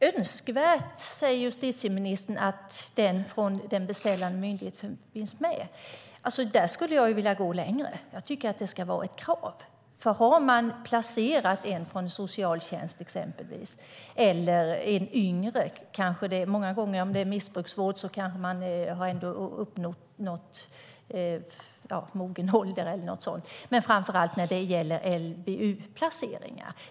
Fru talman! Justitieministern säger att det är önskvärt att den beställande myndigheten finns med. Där skulle jag vilja gå längre. Jag tycker att det ska vara ett krav. Det gäller om man exempelvis från socialtjänsten placerat någon yngre. Om det är missbruksvård kanske personen har uppnått mogen ålder, eller någonting sådant. Men det gäller framför allt vid LVU-placeringar.